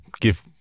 give